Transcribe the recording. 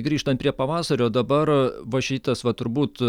grįžtant prie pavasario dabar va šitas va turbūt